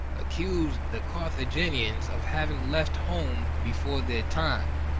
accused the carthaginians of having left home before their time,